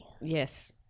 Yes